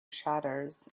shutters